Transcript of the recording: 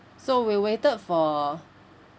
so we waited for